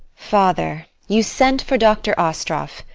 father, you sent for dr. astroff,